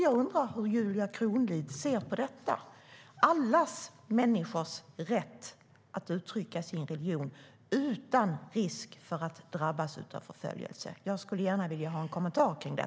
Jag undrar hur Julia Kronlid ser på alla människors rätt att uttrycka sin religion utan risk för att drabbas av förföljelse. Jag skulle gärna vilja ha en kommentar till det.